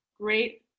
great